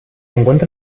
encuentra